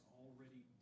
already